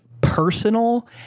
personal